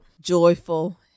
joyful